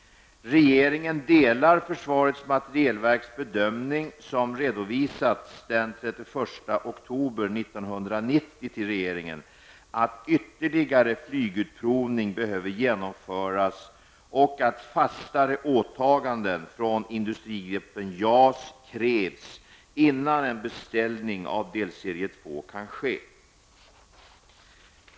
Regeringen delar försvarets materielverks bedömning, som redovisats den 31 oktober 1990 till regeringen, att ytterligare flygutprovning behöver genomföras och att fastare åtaganden från Industrigruppen JAS krävs innan en beställning av delserie 2 kan ske.